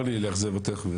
צר לי לאכזב אותך,